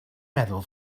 meddwl